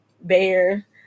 bear